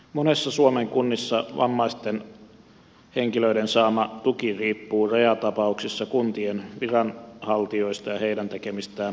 monissa suomen kunnissa vammaisten henkilöiden saama tuki riippuu rajatapauksissa kuntien viranhaltijoista ja heidän tekemistään päätöksistä